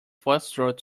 foxtrot